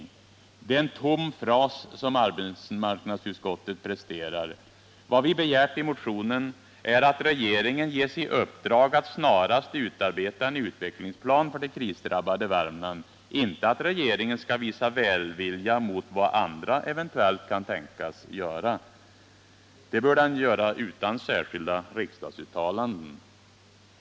Det är en tom fras som arbetsmarknadsutskottet presterar. Vad vi begärt i motionen är att regeringen skall ges i uppdrag att snarast utarbeta en utvecklingsplan för det krisdrabbade Värmland, inte att regeringen skall visa välvilja mot vad andra eventuellt kan tänkas göra. Det bör den göra utan särskilda riksdagsuttalanden.